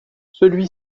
celui